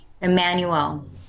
Emmanuel